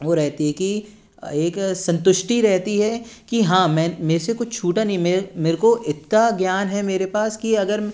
वह रहती है कि एक संतुष्टि रहती है कि हाँ मैं मेरे से कुछ छूटा नही मेरे मेरे को इतना ज्ञान है मेरे पास की अगर